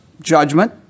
judgment